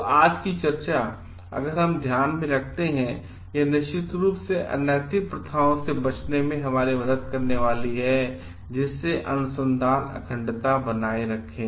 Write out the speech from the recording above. और आज की चर्चा अगर हम ध्यान में रखते हैं यह निश्चित रूप से अनैतिक प्रथाओं से बचने में हमारी मदद करने वाली है और जिससे अनुसंधान अखंडता बनाए रखें